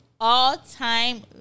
all-time